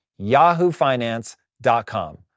yahoofinance.com